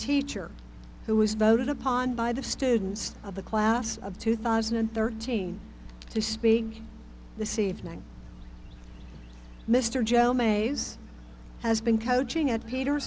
teacher who was voted upon by the students of the class of two thousand and thirteen to speak the sea of men mr joe mays has been coaching at peter